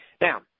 Now